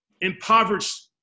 impoverished